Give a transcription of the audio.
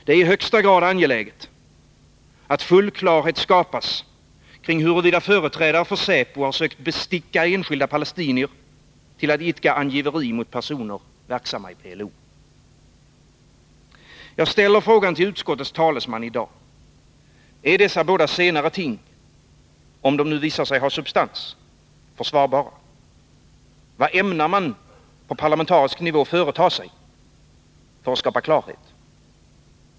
Det är i högsta grad angeläget att full klarhet skapas kring huruvida företrädare för säpo har försökt besticka enskilda palestinier till att idka angiveri mot personer verksamma i PLO. Jag ställer frågan till utskottets talesman i dag: Är dessa båda senare ting, om de nu visar sig ha substans, försvarbara? Vad ämnar man på parlamentarisk nivå företa sig för att skapa klarhet?